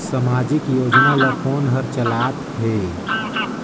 समाजिक योजना ला कोन हर चलाथ हे?